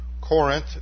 Corinth